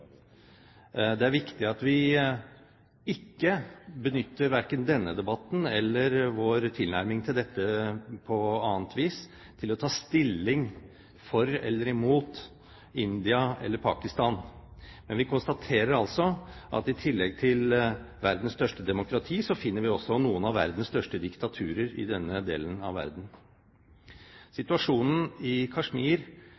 Det er viktig at vi ikke benytter verken denne debatten eller vår tilnærming til dette på annet vis til å ta stilling for eller imot India eller Pakistan. Men vi konstaterer at i tillegg til verdens største demokrati finner vi også noen av verdens største diktaturer i denne delen av verden.